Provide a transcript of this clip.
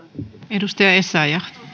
arvoisa